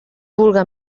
vulga